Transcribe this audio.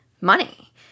money